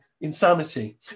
insanity